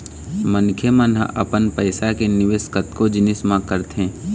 मनखे मन ह अपन पइसा के निवेश कतको जिनिस म करथे